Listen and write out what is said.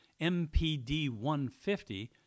MPD-150